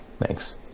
Thanks